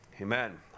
Amen